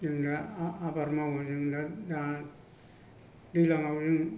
जोंङो आबाद मावो जों दा दैज्लाङाव जों